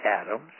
atoms